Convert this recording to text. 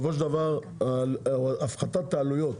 הפחתת העלויות